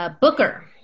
Booker